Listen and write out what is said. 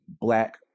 Black